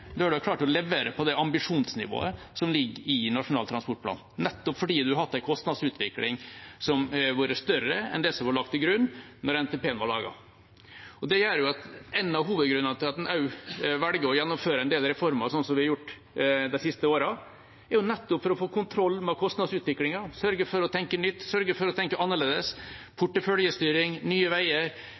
ambisjonsnivået som ligger i Nasjonal transportplan, nettopp fordi man har hatt en kostnadsutvikling som har vært større enn det som ble lagt til grunn da NTP-en ble laget. Én av hovedgrunnene til at en også velger å gjennomføre en del reformer, sånn som vi har gjort de siste årene, er nettopp å få kontroll med kostnadsutviklingen, sørge for å tenke nytt, sørge for å tenke annerledes – porteføljestyring, Nye Veier